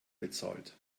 bezahlt